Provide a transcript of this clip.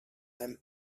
them